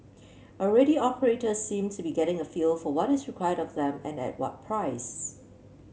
already operators seem to be getting a feel for what is required of them and at what price